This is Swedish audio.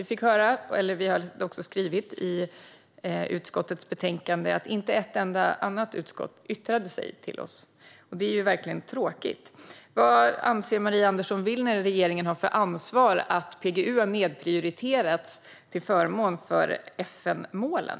Det framgår av utskottets betänkande att inte ett enda annat utskott lämnat ett yttrande till oss. Det är verkligen tråkigt. Vad anser Maria Andersson Willner att regeringen har för ansvar för att PGU har nedprioriterats till förmån för FN-målen?